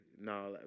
no